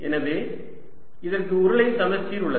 எனவே இதற்கு உருளை சமச்சீர் உள்ளது